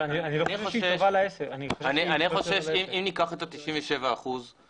אני חושש שאם ניקח את ה-97 אחוזים,